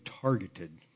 targeted